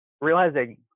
realizing